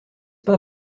pas